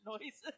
noises